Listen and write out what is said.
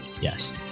Yes